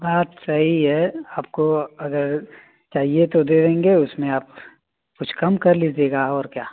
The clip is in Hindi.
बात सही है आपको अगर चाहिए तो दे देंगे उसमें आप कुछ कम कर लीजिएगा और क्या